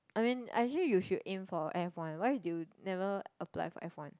I mean actually you should aim for F one why you never apply for F one